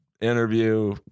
interview